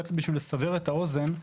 כדי לסבר את האוזן,